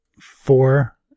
four